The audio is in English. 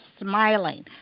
smiling